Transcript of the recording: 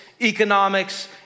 economics